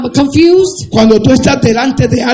confused